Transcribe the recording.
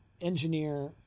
engineer